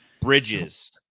Bridges